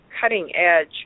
cutting-edge